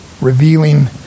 revealing